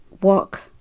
walk